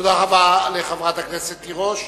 תודה רבה לחברת הכנסת תירוש.